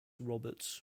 roberts